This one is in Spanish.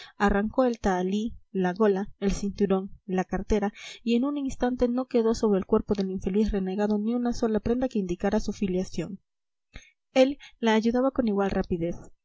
arrancó el tahalí la gola el cinturón la cartera y en un instante no quedó sobre el cuerpo del infeliz renegado ni una sola prenda que indicara su filiación él la ayudaba con igual rapidez